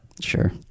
Sure